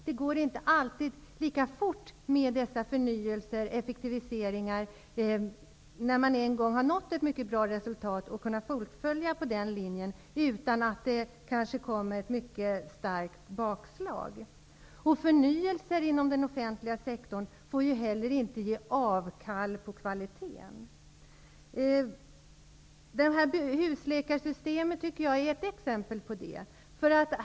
Det går inte alltid lika fort med förnyelsen och effektiviseringarna, t.ex. om man en gång har lyckats nå ett mycket bra resultat i den vägen. Risken är att det kan komma ett mycket starkt bakslag. Vid en förnyelse inom den offentliga sektorn får man inte heller ge avkall på kvaliteten. Jag tycker att husläkarsystemet illustrerar detta.